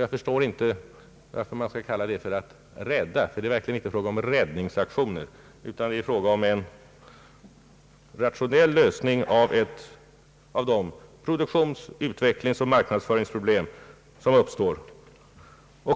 Jag förstår inte varför man skall kalla detta för att rädda ett företag. Det är verkligen inte fråga om räddningsaktioner, utan det är fråga om en rationell lösning av de produktions-, utvecklingsoch marknadsföringsproblem som uppstår.